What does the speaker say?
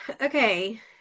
okay